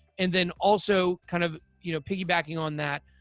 and then also kind of, you know, piggybacking on that,